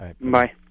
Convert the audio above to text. Bye